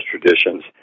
traditions